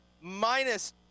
minus